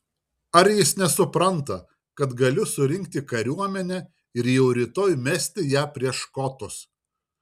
ar jis nesupranta kad galiu surinkti kariuomenę ir jau rytoj mesti ją prieš škotus